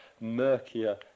murkier